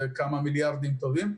זה כמה מיליארדים טובים.